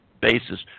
basis